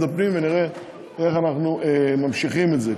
הפנים ונראה איך אנחנו ממשיכים את זה.